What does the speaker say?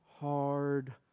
hard